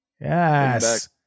Yes